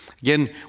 Again